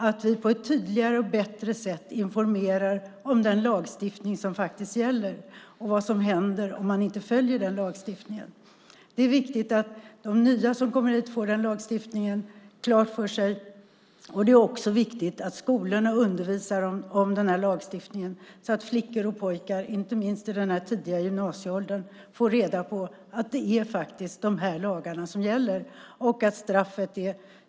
Vi måste på ett tydligare och bättre sätt informera om den lagstiftning som faktiskt gäller och vad som händer om man inte följer denna lagstiftning. Det är viktigt att de nya som kommer hit får den lagstiftningen klar för sig. Det är också viktigt att skolorna undervisar om lagstiftningen så att flickor och pojkar, inte minst i den tidiga gymnasieåldern, får reda på att det faktiskt är dessa lagar som gäller.